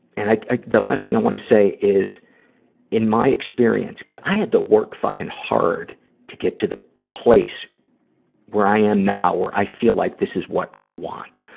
and i, i the last thing i want to say is in my experience cuz i had to work fucking hard to get to the place where i am now or i feel like this is what i want.